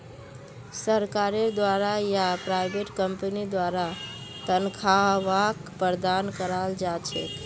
सरकारेर द्वारा या प्राइवेट कम्पनीर द्वारा तन्ख्वाहक प्रदान कराल जा छेक